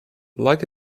like